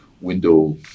window